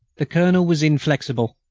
the colonel was inflexible,